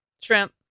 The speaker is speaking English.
shrimp